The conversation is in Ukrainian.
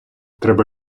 треба